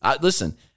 Listen